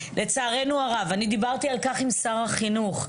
לצערנו הרב, אני דיברתי על כך עם שר החינוך.